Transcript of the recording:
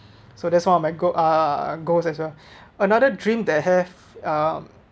so that's one of my goal uh goals as well another dream that have um